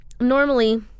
normally